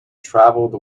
travelled